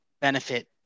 benefit